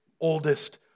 oldest